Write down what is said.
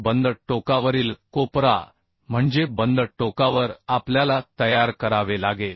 बंद टोकावरील कोपरा म्हणजे बंद टोकावर आपल्याला तयार करावे लागेल